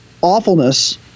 awfulness